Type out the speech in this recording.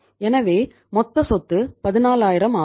எனவே மொத்த சொத்து 14000 ஆகும்